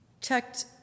checked